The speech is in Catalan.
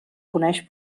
coneix